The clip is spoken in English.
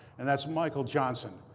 and that's michael johnson.